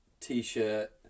t-shirt